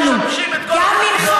נידון למוות.